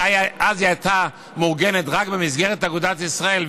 שאז היא הייתה מאורגנת רק במסגרת אגודת ישראל,